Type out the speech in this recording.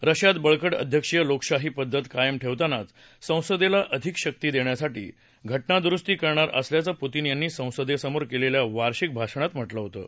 रशियात बळकट अध्यक्षीय लोकशाही पद्धती कायम ठेवतानाच संसदेला अधिक शक्ती देण्यासाठी घटनादुरस्ती करणार असल्याचं पुतीन यांनी संसदेसमोर केलेल्या वार्षिक भाषणात म्हटलं होतं